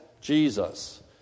Jesus